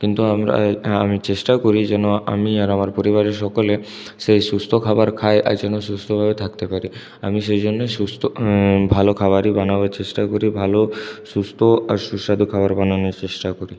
কিন্তু আমরা আমি চেষ্টা করি যেন আমি আর আমার পরিবারের সকলে সেই সুস্থ খাবার খাই আর যেন সুস্থ ভাবে থাকতে পারি আমি সেই জন্য সুস্থ ভালো খাবারই বানাবার চেষ্টা করি ভালো সুস্থ আর সুস্বাদু খাবার বানাবার চেষ্টা করি